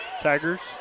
Tigers